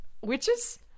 Witches